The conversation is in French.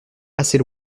assez